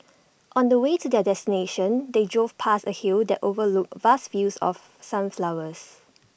on the way to their destination they drove past A hill that overlooked vast fields of sunflowers